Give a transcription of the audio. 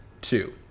Two